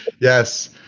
Yes